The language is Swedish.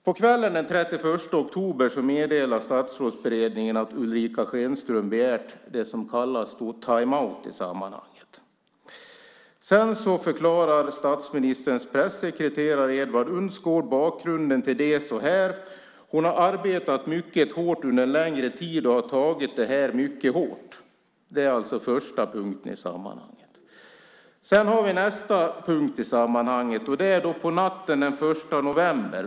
På kvällen den 31 oktober meddelar Statsrådsberedningen att Ulrica Schenström har begärt det som kallas för timeout i sammanhanget. Sedan förklarar statsministerns pressekreterare Edvard Unsgaard bakgrunden till detta så här: Hon har arbetat mycket hårt under en längre tid och har tagit det här mycket hårt. Detta är den första punkten i sammanhanget. Nästa punkt i sammanhanget händer på natten den 1 november.